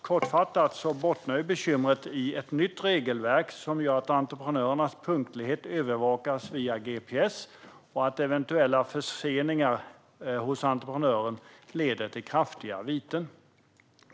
Kortfattat bottnar bekymren i att ett nytt regelverk gör att entreprenörernas punktlighet övervakas via gps och att eventuella förseningar hos entreprenören leder till kraftiga viten.